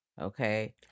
okay